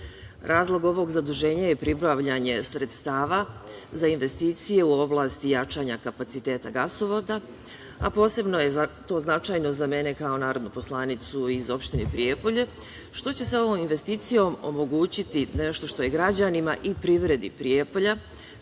Razlog ovog zaduženja je pribavljanje sredstava za investicije u oblasti jačanja kapaciteta gasovoda, a posebno je to značajno za mene kao narodnog poslanicu iz opštine Prijepolje što će se ovom investicijom omogućiti nešto što je građanima i privredi Prijepolja,